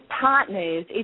partners